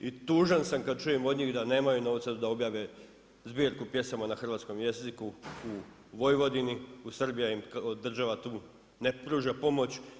I tužan sam kada čujem od njih da nemaju novca da objave zbirku pjesama na hrvatskom jeziku u Vojvodini, Srbija im država tu ne pruža pomoć.